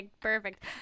perfect